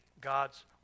God's